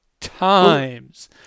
times